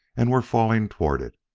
and were falling toward it.